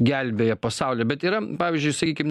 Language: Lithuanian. gelbėja pasaulį bet yra pavyzdžiui sakykim